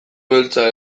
beltza